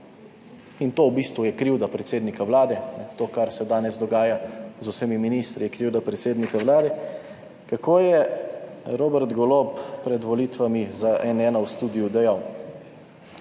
in to v bistvu je krivda predsednika vlade, to, kar se danes dogaja z vsemi ministri, je krivda predsednika vlade, kako je Robert Golob pred volitvami za N1 v studiu dejal,